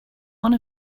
one